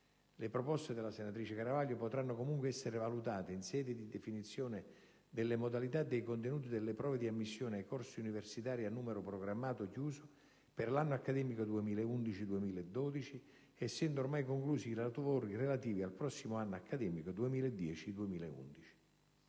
Le proposte della senatrice Garavaglia potranno, comunque, essere valutate in sede di definizione delle modalità e dei contenuti delle prove di ammissione ai corsi universitari a numero programmato o chiuso per l'anno accademico 2011-2012, essendo oramai conclusi i lavori relativi al prossimo anno accademico 2010-2011.